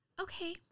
okay